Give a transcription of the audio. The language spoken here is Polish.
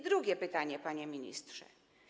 Drugie pytanie, panie ministrze.